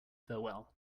farewell